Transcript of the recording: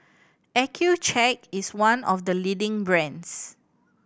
Accucheck is one of the leading brands